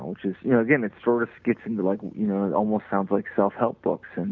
um which is, you know, again it's sort of skits, and like you know, almost sounds like self health books and,